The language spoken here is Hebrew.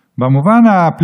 מדברים על שחיתות.